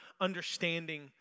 understanding